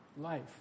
Life